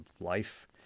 life